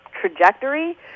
trajectory